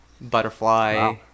butterfly